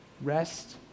Rest